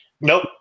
nope